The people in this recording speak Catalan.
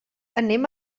anem